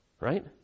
Right